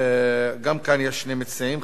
גם כאן יש שני מציעים: חבר הכנסת ניצן הורוביץ,